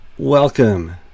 Welcome